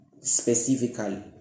specifically